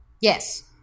Yes